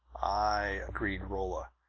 aye, agreed rolla,